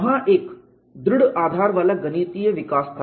वहाँ एक दृढ़ आधार वाला गणितीय विकास था